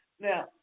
Now